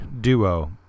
duo